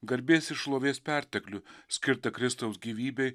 garbės ir šlovės perteklių skirtą kristaus gyvybei